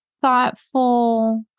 thoughtful